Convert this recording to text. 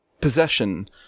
possession